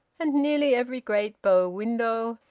and nearly every great bow-window,